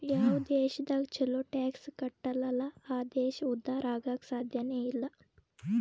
ಯಾವ್ ದೇಶದಾಗ್ ಛಲೋ ಟ್ಯಾಕ್ಸ್ ಕಟ್ಟಲ್ ಅಲ್ಲಾ ಆ ದೇಶ ಉದ್ಧಾರ ಆಗಾಕ್ ಸಾಧ್ಯನೇ ಇಲ್ಲ